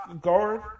guard